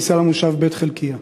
בכניסה למושב בית-חלקיה.